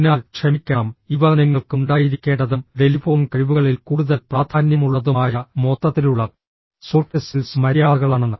അതിനാൽ ക്ഷമിക്കണം ഇവ നിങ്ങൾക്ക് ഉണ്ടായിരിക്കേണ്ടതും ടെലിഫോൺ കഴിവുകളിൽ കൂടുതൽ പ്രാധാന്യമുള്ളതുമായ മൊത്തത്തിലുള്ള സോഫ്റ്റ് സ്കിൽസ് മര്യാദകളാണ്